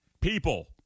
people